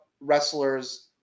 wrestlers